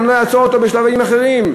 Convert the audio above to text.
גם לא יעצור אותו בשלבים אחרים.